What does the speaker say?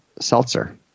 seltzer